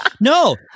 No